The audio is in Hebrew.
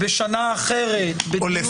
ובשנה אחרת או --- (היו"ר שמחה רוטמן,